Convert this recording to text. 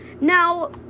Now